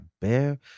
bear